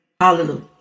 Hallelujah